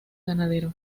ganadero